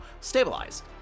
stabilized